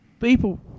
People